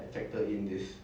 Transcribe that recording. mm